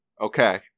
Okay